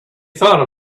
thought